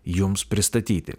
jums pristatyti